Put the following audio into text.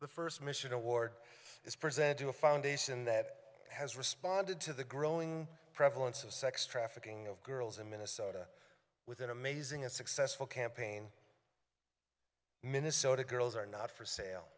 the first mission award this present to a foundation that has responded to the growing prevalence of sex trafficking girls in minnesota with an amazing a successful campaign minnesota girls are not for sale